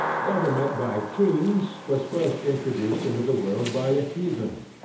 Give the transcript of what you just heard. government by kings was first introduced into the world by the heathens,